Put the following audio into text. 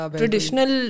traditional